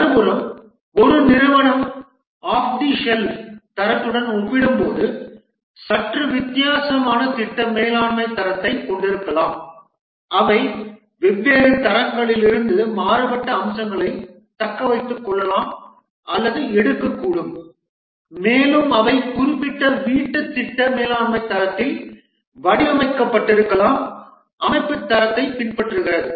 மறுபுறம் ஒரு நிறுவனம் ஆஃப் தி ஷெல்ஃப் தரத்துடன் ஒப்பிடும்போது சற்று வித்தியாசமான திட்ட மேலாண்மை தரத்தைக் கொண்டிருக்கலாம் அவை வெவ்வேறு தரங்களிலிருந்து மாறுபட்ட அம்சங்களைத் தக்கவைத்துக் கொள்ளலாம் அல்லது எடுக்கக்கூடும் மேலும் அவை குறிப்பிட்ட வீட்டுத் திட்ட மேலாண்மை தரத்தில் வடிவமைக்கப்பட்டிருக்கலாம் அமைப்பு தரத்தை பின்பற்றுகிறது